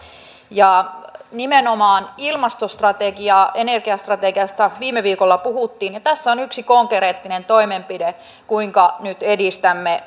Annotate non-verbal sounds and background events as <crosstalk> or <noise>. ja nimenomaan ilmastostrategiaa energiastrategiasta viime viikolla puhuttiin ja tässä on yksi konkreettinen toimenpide kuinka nyt edistämme <unintelligible>